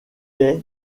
est